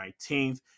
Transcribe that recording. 19th